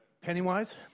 Pennywise